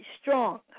strong